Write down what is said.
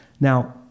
Now